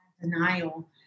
Denial